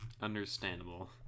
Understandable